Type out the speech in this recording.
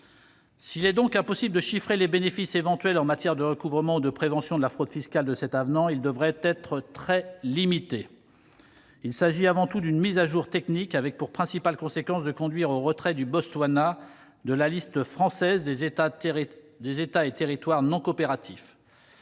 S'il est impossible de chiffrer les bénéfices éventuels en matière de recouvrement ou de prévention de la fraude fiscale de cet avenant, ces derniers devraient être très limités. Il s'agit avant tout d'une mise à jour technique, avec pour principale conséquence de conduire au retrait du Botswana de la liste française des États et territoires non coopératifs.